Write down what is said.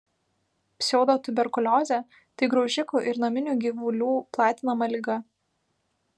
pseudotuberkuliozė tai graužikų ir naminių gyvulių platinama liga